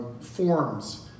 forms